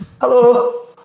Hello